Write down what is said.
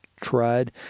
tried